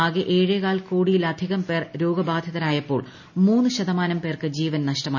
ആകെ ഏഴേകാൽ കോടിയിലധികം പേർ രോഗബാധിതരായപ്പോൾ മൂന്നു ശതമാന്റ് പേർക്ക് ജീവൻ നഷ്ടമായി